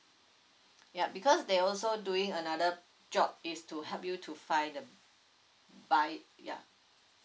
yup because they also doing another job is to help you to find the buyer yup